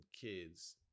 kids